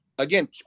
again